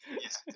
Yes